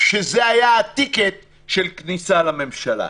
שזה היה הטיקט של כניסה לממשלה.